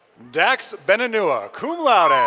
dax bennenua, cum laude. um